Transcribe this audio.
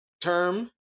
term